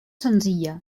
senzilla